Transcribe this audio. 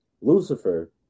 Lucifer